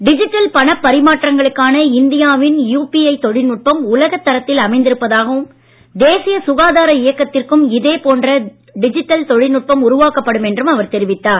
digital பணப் பரிமாற்றங்களுக்கான இந்தியாவின் யுபிஐ தொழில்நுட்பம் உலகத் தரத்தில் அமைந்திருப்பதாகவும் தேசிய சுகாதார இயக்கத்திற்கும் இதே போன்ற டிஜிட்டல் தொழில்நுட்பம் உருவாக்கப்படும் என்றும் அவர் தெரிவித்தார்